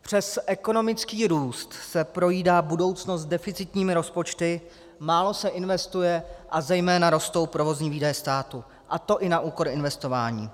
Přes ekonomický růst se projídá budoucnost deficitními rozpočty, málo se investuje a zejména rostou provozní výdaje státu, a to i na úkor investování.